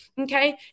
Okay